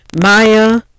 Maya